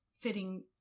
fitting